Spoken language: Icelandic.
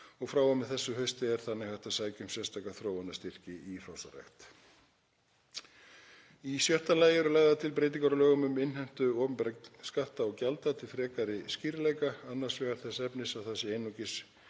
og frá og með þessu hausti er þannig hægt að sækja um sérstaka þróunarstyrki í hrossarækt. Í sjötta lagi eru lagðar til breytingar á lögum um innheimtu opinberra skatta og gjalda til frekari skýrleika. Annars vegar þess efnis að það sé einungis